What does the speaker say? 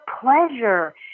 pleasure